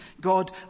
God